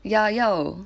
ya 要